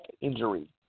injury